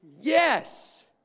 Yes